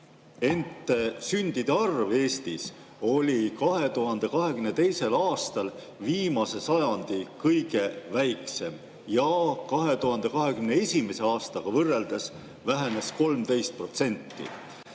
Ent sündide arv Eestis oli 2022. aastal viimase sajandi kõige väiksem ja 2021. aastaga võrreldes vähenes 13%.